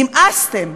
נמאסתם,